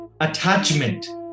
attachment